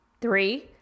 Three